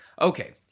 okay